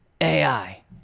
AI